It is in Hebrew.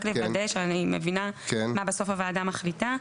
רק לוודא שאני מבינה מה בסוף הוועדה מחליטה.